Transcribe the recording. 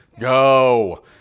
Go